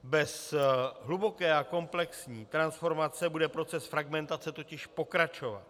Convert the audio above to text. Bez hluboké a komplexní transformace bude proces fragmentace totiž pokračovat.